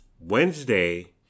Wednesday